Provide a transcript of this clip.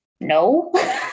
no